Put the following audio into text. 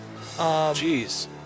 Jeez